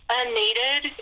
unneeded